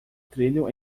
trilho